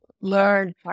learn